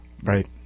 Right